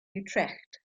utrecht